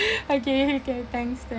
okay okay thanks than~